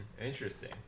Interesting